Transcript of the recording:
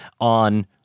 on